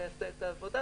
זה יעשה את העבודה,